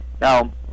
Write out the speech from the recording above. Now